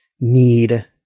need